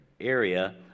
area